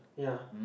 ya